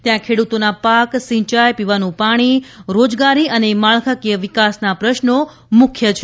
ત્યાં ખેડૂતોના પાક સિંચાઈ પીવાનું પાણી રોજગારી અને માળખાકીય વિકાસના પ્રશ્નો મુખ્ય છે